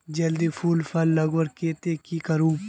जल्दी फूल फल लगवार केते की करूम?